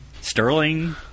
Sterling